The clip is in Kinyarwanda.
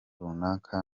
runaka